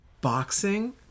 boxing